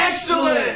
Excellent